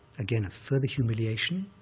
again, a further humiliation,